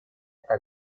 это